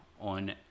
on